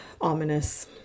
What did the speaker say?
ominous